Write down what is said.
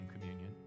communion